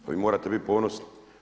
Pa vi morate biti ponosni.